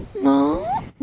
No